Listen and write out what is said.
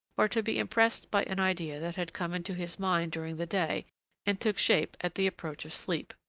or to be impressed by an idea that had come into his mind during the day and took shape at the approach of sleep.